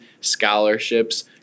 scholarships